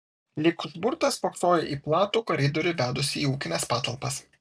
lyg užburtas spoksojo į platų koridorių vedusį į ūkines patalpas